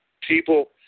people